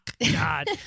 God